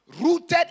rooted